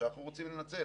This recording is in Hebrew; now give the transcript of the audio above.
שאנחנו רוצים לנצל